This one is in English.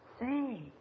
Say